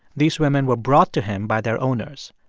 these women were brought to him by their owners.